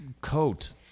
coat